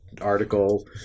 article